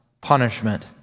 punishment